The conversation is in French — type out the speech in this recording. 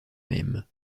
même